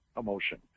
emotion